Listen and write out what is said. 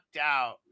out